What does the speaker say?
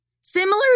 similar